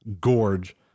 gorge